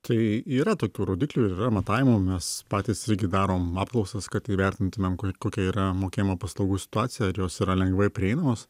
tai yra tokių rodiklių ir yra matavimų mes patys irgi darom apklausas kad įvertintumėm kokia yra mokėjimo paslaugų situacija ar jos yra lengvai prieinamos